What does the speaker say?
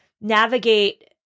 navigate